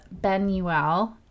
Benuel